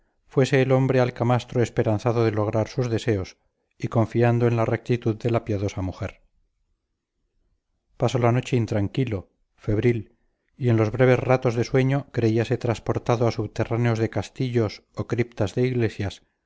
fuese el hombre al camastro esperanzado de lograr sus deseos y confiando en la rectitud de la piadosa mujer pasó la noche intranquilo febril y en los breves ratos de sueño creíase transportado a subterráneos de castillos o criptas de iglesias